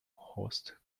host